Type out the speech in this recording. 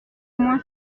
moi